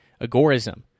agorism